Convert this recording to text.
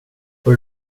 har